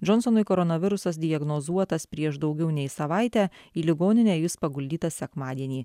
džonsonui koronavirusas diagnozuotas prieš daugiau nei savaitę į ligoninę jis paguldytas sekmadienį